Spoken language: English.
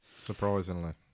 Surprisingly